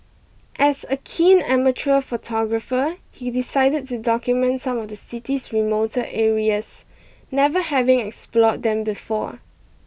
as a keen amateur photographer he decided to document some of the city's remoter areas never having explored them before